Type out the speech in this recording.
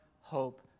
hope